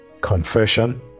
confession